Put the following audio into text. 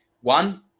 One